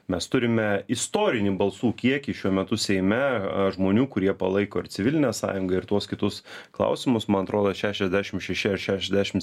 mes turime istorinį balsų kiekį šiuo metu seime a žmonių kurie palaiko ir civilinę sąjungą ir tuos kitus klausimus man atrodo šešiasdešimt šeši ar šešiasdešimts